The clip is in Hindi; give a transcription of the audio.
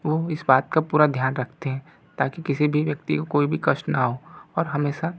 वो इस बात का पूरा ध्यान रखते हैं ताकि किसी भी व्यक्ति को कोई भी कष्ट ना हो और हमेशा